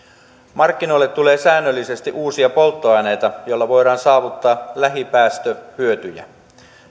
markkinoille tulee säännöllisesti uusia polttoaineita joilla voidaan saavuttaa lähipäästöhyötyjä